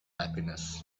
happiness